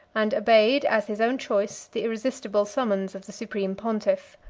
and obeyed, as his own choice, the irresistible summons of the supreme pontiff.